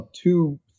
two